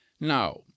Now